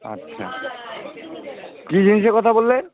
আচ্ছা কী জিনিসের কথা বললেন